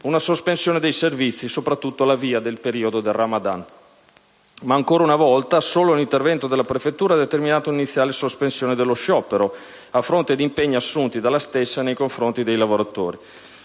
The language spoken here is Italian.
una sospensione dei servizi, soprattutto all'avvio del periodo del Ramadan. Ancora una volta, solo l'intervento della prefettura ha determinato una iniziale sospensione dello sciopero, a fronte di impegni assunti dalla stessa nei confronti dei lavoratori.